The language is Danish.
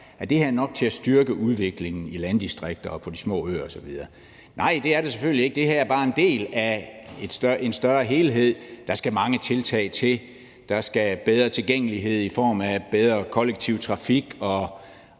om det her er nok til at styrke udviklingen i landdistrikter og på de små øer osv. Nej, det er det selvfølgelig ikke, for det her er bare en del af en større helhed. Der skal mange tiltag til. Der skal bedre tilgængelighed til i form af bedre kollektiv trafik og